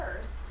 first